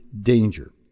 danger